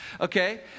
okay